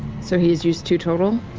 so he's used two total?